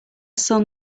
son